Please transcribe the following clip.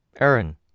Aaron